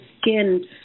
skin